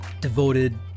devoted